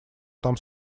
там